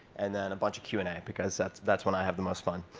and then a bunch of q and a, because that's that's when i have the most fun.